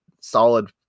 solid